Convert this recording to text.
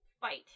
fight